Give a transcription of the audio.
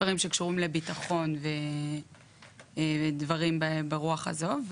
דברים שקשורים לביטחון ודברים ברוח הזו,